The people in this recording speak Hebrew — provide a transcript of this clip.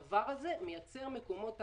הדבר הזה מייצר מקומות תעסוקה,